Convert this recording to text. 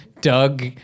Doug